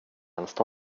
helst